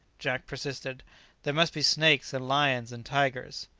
jack persisted there must be snakes, and lions, and tigers.